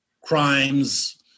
crimes